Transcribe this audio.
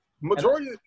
Majority